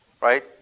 right